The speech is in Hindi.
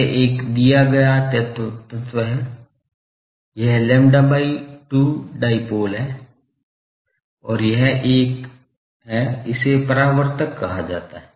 यह एक दिया गया तत्व है यह lambda by 2 डाईपोल है और यह एक है इसे परावर्तक कहा जाता है